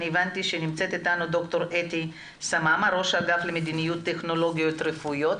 הבנתי שנמצאת איתנו ד"ר אתי סממה ראש אגף למדיניות טכנולוגיות רפואיות.